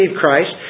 Christ